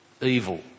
evil